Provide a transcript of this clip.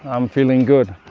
i'm feeling good,